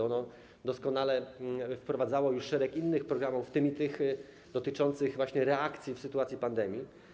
Ono doskonale wprowadzało już szereg innych programów, w tym tych dotyczących właśnie reakcji w sytuacji pandemii.